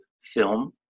film